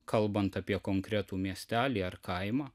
kalbant apie konkretų miestelį ar kaimą